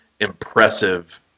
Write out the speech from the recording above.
impressive